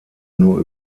nur